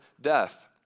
death